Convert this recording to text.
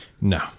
No